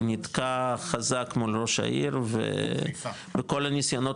הוא נתקע חזק מול ראש העיר וכל הניסיונות